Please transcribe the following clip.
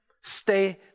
Stay